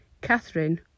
Catherine